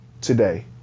today